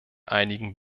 einigen